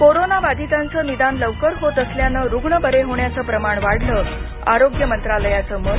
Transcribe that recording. corona बाधितांचं निदान लवकर होत असल्यानं रूग्ण बरे होण्याचं प्रमाण वाढलं आरोग्य मंत्रालयाचं मत